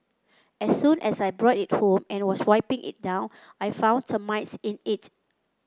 as soon as I brought it home and was wiping it down I found termites in it